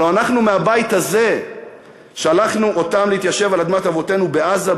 הלוא אנחנו מהבית הזה שלחנו אותם להתיישב על אדמת אבותינו בעזה,